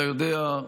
אתה יודע,